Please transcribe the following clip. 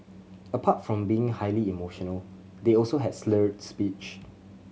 apart from being highly emotional they also had slurred speech